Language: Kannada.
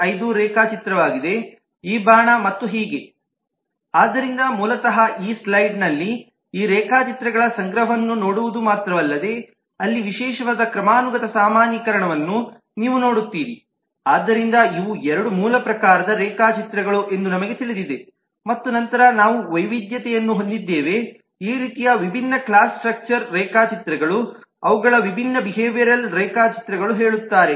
5 ರೇಖಾಚಿತ್ರವಾಗಿದೆ ಈ ಬಾಣ ಮತ್ತು ಹೀಗೆ ಆದ್ದರಿಂದ ಮೂಲತಃ ಇಲ್ಲಿ ಈ ಸ್ಲೈಡ್ನಲ್ಲಿ ಈ ರೇಖಾಚಿತ್ರಗಳ ಸಂಗ್ರಹವನ್ನು ನೋಡುವುದು ಮಾತ್ರವಲ್ಲದೆ ಅಲ್ಲಿ ವಿಶೇಷವಾದ ಕ್ರಮಾನುಗತ ಸಾಮಾನ್ಯೀಕರಣವನ್ನು ನೀವು ನೋಡುತ್ತೀರಿ ಆದ್ದರಿಂದ ಇವು ಎರಡು ಮೂಲ ಪ್ರಕಾರದ ರೇಖಾಚಿತ್ರಗಳು ಎಂದು ನಮಗೆ ತಿಳಿದಿದೆ ಮತ್ತು ನಂತರ ನಾವು ವೈವಿಧ್ಯತೆಯನ್ನು ಹೊಂದಿದ್ದೇವೆ ಈ ರೀತಿಯ ವಿಭಿನ್ನ ಕ್ಲಾಸ್ ಸ್ಟ್ರಕ್ಚರ್ ರೇಖಾಚಿತ್ರಗಳು ಅವುಗಳ ವಿಭಿನ್ನ ಬಿಹೇವಿಯರಲ್ ರೇಖಾಚಿತ್ರಗಳು ಹೇಳುತ್ತಾರೆ